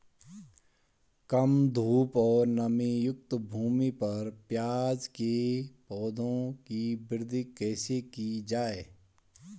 कम धूप और नमीयुक्त भूमि पर प्याज़ के पौधों की वृद्धि कैसे की जाए?